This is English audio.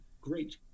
great